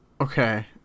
Okay